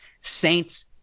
saints